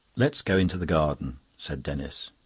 let's go into the garden, said denis.